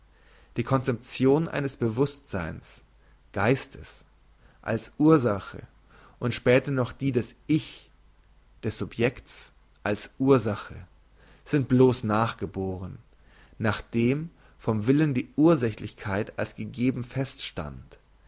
die conception eines bewusstseins geistes als ursache und später noch die des ich des subjekts als ursache sind bloss nachgeboren nachdem vom willen die ursächlichkeit als gegeben feststand